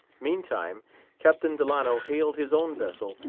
meantime captain delano hailed his own vessel,